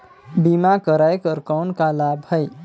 बीमा कराय कर कौन का लाभ है?